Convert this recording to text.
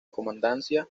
comandancia